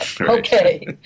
Okay